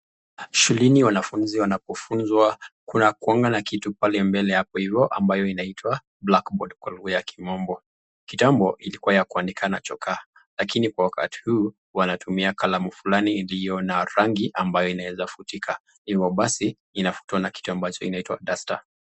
Shuleni wanafunzi wanapofunzwa kunakuanga na kitu pale mbele hapo hivo ambayo inaitwa Blackboard kwa lugha ya kimombo, kitambo ilikuwa ya kuandika na chokaa lakini kwa wakati huu wanatumia kalamu fulani iliyo na rangi ambayo inaweza futika hivyo basi inafutwa na kitu ambacho inaitwa duster .